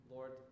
Lord